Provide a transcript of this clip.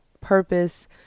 purpose